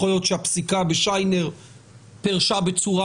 יכול להיות שהפסיקה בשיינר פירשה בצורה